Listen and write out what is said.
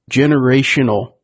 generational